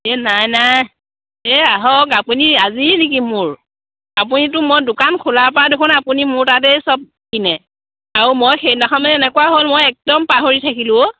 এ নাই নাই এই আহক আপুনি আজিৰ নেকি মোৰ আপুনিতো মই দোকান খোলাৰ পৰা দেখোন আপুনি মোৰ তাতেই চব কিনে আৰু মই সেইদিনাখন এই এনেকুৱা হ'ল মই একদম পাহৰি থাকিলোঁ অ'